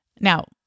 Now